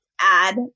add